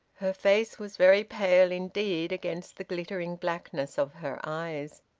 her face was very pale indeed against the glittering blackness of her eyes,